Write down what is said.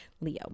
Leo